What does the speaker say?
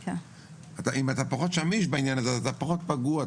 אם אתה פחות שמיש בעניין הזה, אז אתה פחות נפגע.